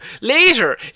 Later